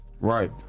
Right